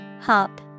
Hop